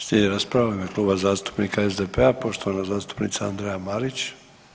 Slijedi rasprava u ime Kluba zastupnika SDP-a poštovana zastupnika Andreja Marić.